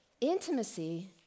Intimacy